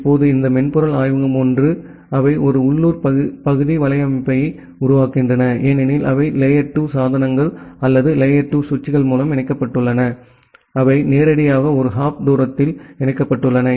இப்போது இந்த மென்பொருள் ஆய்வகம் 1 அவை ஒரு உள்ளூர் பகுதி வலையமைப்பை உருவாக்குகின்றன ஏனெனில் அவை லேயர் 2 சாதனங்கள் அல்லது லேயர் 2 சுவிட்சுகள் மூலம் இணைக்கப்பட்டுள்ளன அவை நேரடியாக ஒரு ஹாப் தூரத்தில் இணைக்கப்பட்டுள்ளன